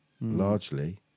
largely